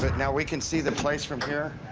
but now we can see the place from here?